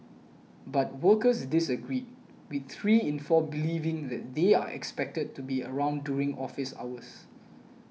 but workers disagreed with three in four believing that they are expected to be around during office hours